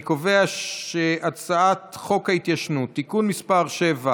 אני קובע שהצעת חוק ההתיישנות (תיקון מס' 7),